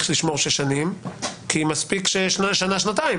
לשמור שש שנים כי מספיקות שנה-שנתיים